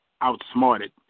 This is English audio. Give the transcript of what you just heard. outsmarted